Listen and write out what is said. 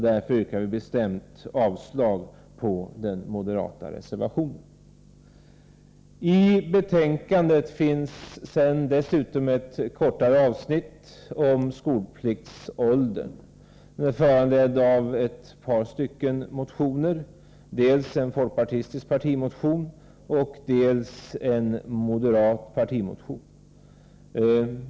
Därför yrkar vi bestämt avslag på den moderata reservationen. I betänkandet finns dessutom ett kortare avsnitt om skolpliktsåldern. Det är föranlett av ett par motioner, dels en folkpartistisk partimotion, dels en moderat partimotion.